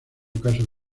caso